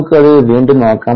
നമുക്ക് അത് വീണ്ടും നോക്കാം